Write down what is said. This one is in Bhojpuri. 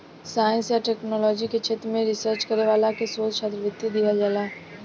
साइंस आ टेक्नोलॉजी के क्षेत्र में रिसर्च करे वाला के शोध छात्रवृत्ति दीहल जाला